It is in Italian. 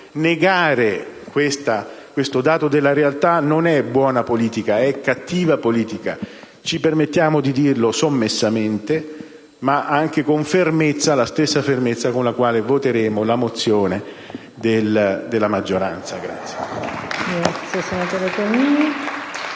Negare questo dato della realtà non è buona politica: è cattiva politica. Ci permettiamo di dirlo sommessamente, ma anche con fermezza, la stessa con la quale voteremo a favore della mozione